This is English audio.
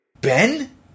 Ben